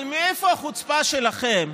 אבל מאיפה החוצפה שלכם?